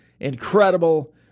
incredible